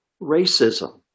racism